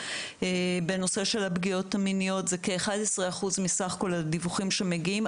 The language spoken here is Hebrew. בנושא של הפגיעות המיניות זה כ-11% מסך כל הדיווחים שמגיעים,